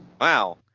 wow